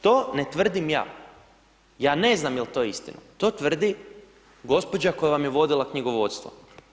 To ne tvrdim ja, ja ne znam jel' to istina, to tvrdi gospođa koja vam je vodila knjigovodstvo.